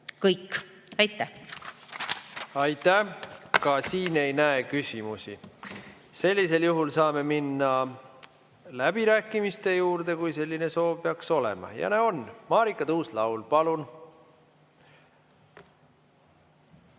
Kõik. Aitäh! Aitäh! Ka siin ei näe küsimusi. Sellisel juhul saame minna läbirääkimiste juurde, kui selline soov peaks olema. Ja näe, on. Marika Tuus-Laul, palun!